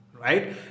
Right